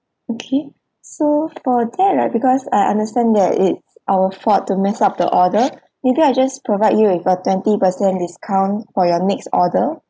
okay so for that right because I understand that it's our fault to mess up the order maybe I just provide you with a twenty percent discount for your next order